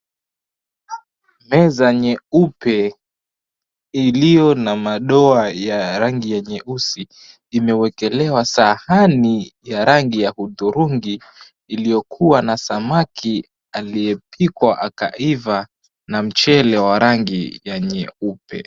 Meza nyeupe, iliyo na madoa ya rangi ya nyeusi, imewekelewa sahani ya rangi ya udhurungi iliyokuwa na samaki aliyepikwa akaiva na mchele wa rangi ya nyeupe.